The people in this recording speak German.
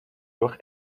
durch